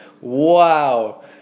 Wow